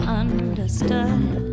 understood